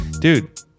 dude